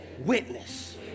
witness